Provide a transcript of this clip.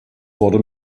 wurde